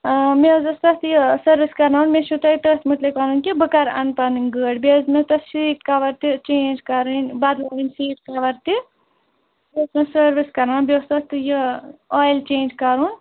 مےٚ حظ ٲسۍ تَتھ یہِ سٕروِس کَرٕناوٕنۍ مےٚ چھُو تۄہہِ تٔتھۍ مُتعلق وَنُن کہ بہٕ کَر اَنہٕ پَنٕنۍ گٲڑۍ بیٚیہِ اوس مےٚ تَتھ شیٹ کَوَر تہِ چینج کَرٕنۍ بدٕلاوٕنۍ سیٖٹ کَوَر تہِ أسی مےٚ سٕروِس کرناوٕنۍ بیٚیہِ اوس تَتھ یہِ اویِل چینج کَرُن